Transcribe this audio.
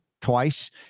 Twice